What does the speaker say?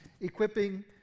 equipping